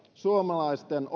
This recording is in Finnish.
suomalaisten